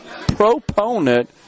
proponent